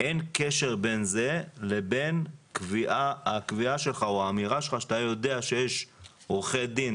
אין קשר בין זה לבין הקביעה או האמירה שלך שאתה יודע שיש עורכי דין